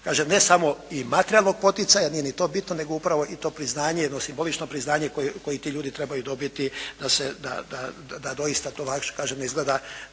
kažem ne samo i materijalnog poticaja, nije ni to bitno, nego upravo i to priznanje, jedno simbolično priznanje koje ti ljudi trebaju dobiti da se, da doista to vaše kažem ne izgleda